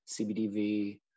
CBDV